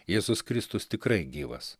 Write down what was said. jėzus kristus tikrai gyvas